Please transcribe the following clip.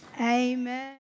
amen